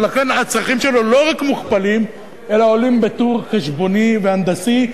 ולכן הצרכים שלו לא רק מוכפלים אלא עולים בטור חשבוני והנדסי.